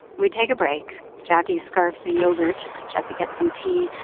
we take a break. jacquie scarfs a yogurt. jessie gets some tea.